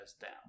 down